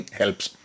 helps